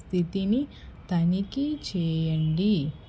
స్థితిని తనిఖీ చెయ్యండి